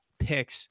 picks